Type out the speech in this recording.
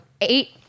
eight